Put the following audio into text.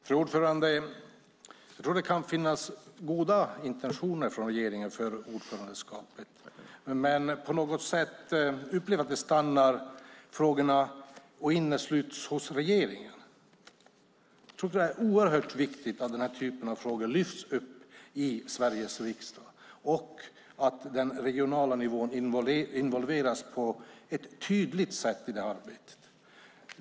Fru talman! Jag tror att det kan finnas goda intentioner från regeringen för ordförandeskapet, men på något sätt upplever jag att frågorna stannar och innesluts hos regeringen. Jag tror att det är oerhört viktigt att den här typen av frågor lyfts upp i Sveriges riksdag och att den regionala nivån involveras på ett tydligt sätt i det arbetet.